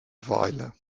weile